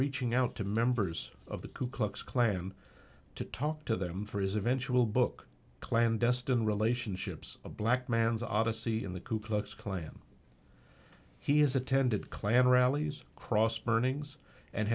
reaching out to members of the ku klux klan to talk to them for his eventual book clandestine relationships a black man's odyssey in the ku klux klan he has attended klan rallies cross burnings and